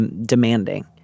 demanding